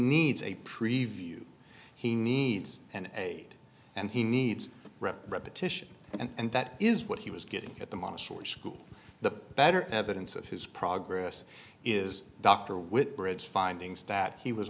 needs a preview he needs and aid and he needs repetition and that is what he was getting at the montessori school the better evidence of his progress is dr with brad's findings that he was